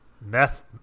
meth